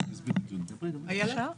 תשמע,